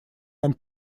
нам